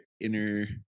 inner